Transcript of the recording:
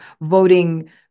voting